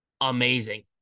amazing